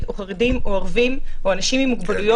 או חרדים או ערבים או אנשים עם מוגבלויות,